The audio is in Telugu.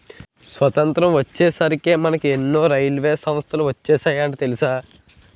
స్వతంత్రం వచ్చే నాటికే మనకు ఎన్నో రైల్వే సంస్థలు వచ్చేసాయట తెలుసా